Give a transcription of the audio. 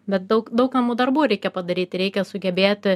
bet daug daug kam darbų reikia padaryti reikia sugebėti